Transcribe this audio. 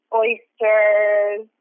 oysters